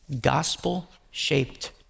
gospel-shaped